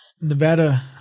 Nevada